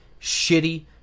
shitty